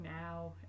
now